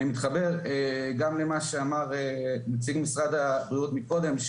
אני מתחבר גם למה שאמר נציג משרד הבריאות מקודם,